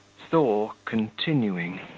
thaw continuing.